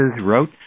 wrote